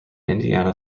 indiana